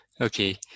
Okay